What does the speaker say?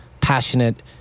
passionate